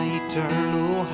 eternal